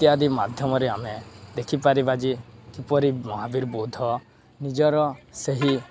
ଇତ୍ୟାଦି ମାଧ୍ୟମରେ ଆମେ ଦେଖିପାରିବା ଯେ କିପରି ମହାବୀର ବୌଦ୍ଧ ନିଜର ସେହି